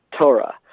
Torah